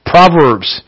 Proverbs